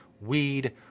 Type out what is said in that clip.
weed